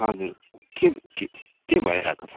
हजुर के के भइरहेको छ